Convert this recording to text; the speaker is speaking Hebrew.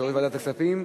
יושב-ראש ועדת הכספים.